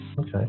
Okay